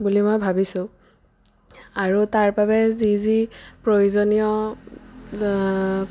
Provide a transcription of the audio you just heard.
বুলি মই ভাবিছোঁ আৰু তাৰ বাবে যি যি প্ৰয়োজনীয়